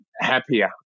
happier